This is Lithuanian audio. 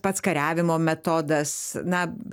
pats kariavimo metodas na